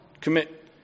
commit